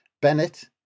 Bennett